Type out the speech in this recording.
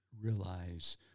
realize